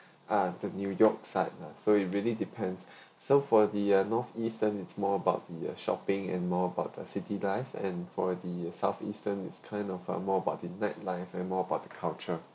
ah the new york site lah so it really depends so for the uh north eastern it's more about the shopping and more about the city life and for the south eastern is kind of uh more about the night life and more about the culture